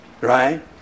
right